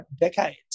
decades